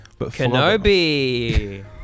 Kenobi